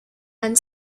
and